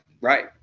right